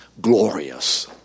glorious